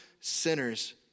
sinners